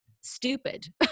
stupid